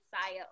Saya